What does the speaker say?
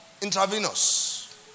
intravenous